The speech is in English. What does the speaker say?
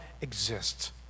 exists